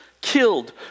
killed